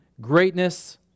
greatness